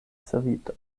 savita